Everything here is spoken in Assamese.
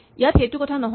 ইয়াত সেইটো কথা নহয়